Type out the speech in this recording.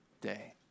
day